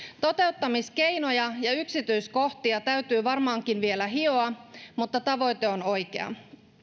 toteuttamiskeinoja ja yksityiskohtia täytyy varmaankin vielä hioa mutta tavoite on oikea